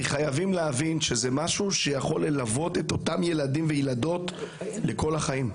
חייבים להבין שזה משהו שיכול ללוות את אותם ילדים וילדות במשך כל החיים.